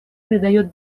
придает